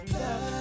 love